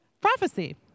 prophecy